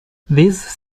this